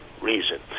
reason